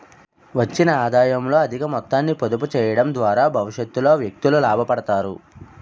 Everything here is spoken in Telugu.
వచ్చిన ఆదాయంలో అధిక మొత్తాన్ని పొదుపు చేయడం ద్వారా భవిష్యత్తులో వ్యక్తులు లాభపడతారు